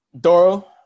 Doro